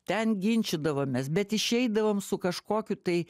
ten ginčydavomės bet išeidavom su kažkokiu tai